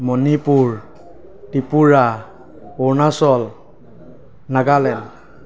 Manipur Tripura Arunachal Nagaland